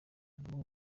nabo